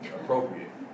appropriate